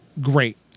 great